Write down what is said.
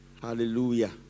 Hallelujah